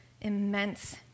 immense